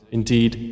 indeed